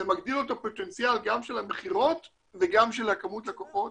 זה מגדיל לו את הפוטנציאל גם של המכירות וגם של כמות הלקוחות